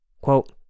Quote